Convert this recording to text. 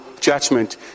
judgment